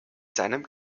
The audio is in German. seinem